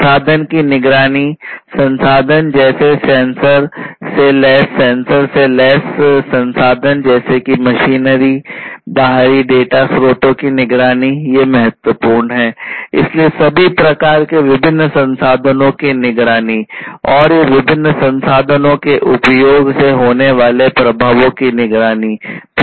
संसाधन की निगरानी संसाधन जैसे कि सेंसर सेंसर से लैस संसाधन जैसे की मशीनरी और बाहरी डेटा स्रोतों की निगरानी ये महत्वपूर्ण हैं इसलिए सभी प्रकार के विभिन्न संसाधनों की निगरानी और ये विभिन्न संसाधनों के उपयोग से होने वाले प्रभावों की निगरानी भी महत्वपूर्ण है